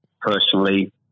personally